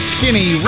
Skinny